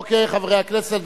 אוקיי, חברי הכנסת.